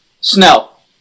Snell